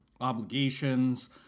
obligations